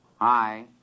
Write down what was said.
Hi